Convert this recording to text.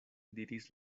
diris